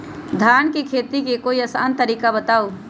धान के खेती के कोई आसान तरिका बताउ?